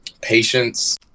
Patience